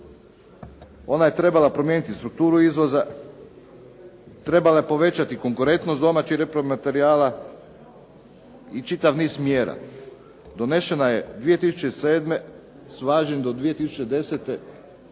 Ona je trebala promijeniti strukturu izvoza, trebala je povećati konkurentnost domaćin repromaterijala i čitav niz mjera. Donešena je 2007. ... do 2010. Koji